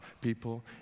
people